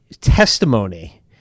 testimony